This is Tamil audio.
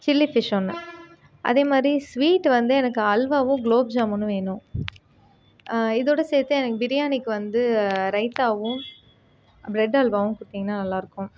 சில்லி ஃபிஷ் ஒன்று அதே மாதிரி ஸ்வீட் வந்து எனக்கு அல்வாவும் குலோப்ஜாமூனும் வேணும் இதோடு சேர்த்து எனக்கு பிரியாணிக்கு வந்து ரைத்தாவும் ப்ரெட் அல்வாவும் கொடுத்திங்கன்னா நல்லா இருக்கும்